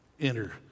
Enter